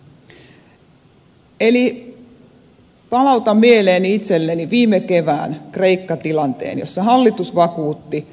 eli palautan mieleen itselleni viime kevään kreikka tilanteen jossa hallitus vakuutti tämän ainutkertaisuudesta